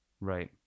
Right